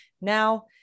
Now